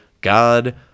God